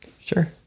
sure